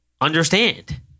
understand